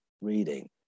reading